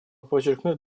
подчеркнуть